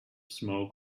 smoke